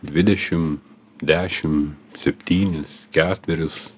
dvidešim dešim septynis ketverius